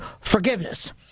forgiveness